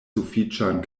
sufiĉan